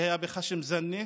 שהיה בח'שם זאנה.